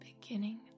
beginning